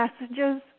messages